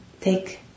take